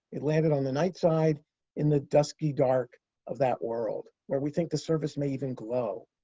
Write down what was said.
it landed on the night side in the dusky dark of that world, where we think the surface may even glow.